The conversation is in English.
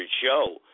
show